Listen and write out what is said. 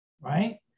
Right